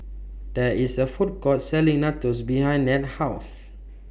There IS A Food Court Selling Nachos behind Ned's House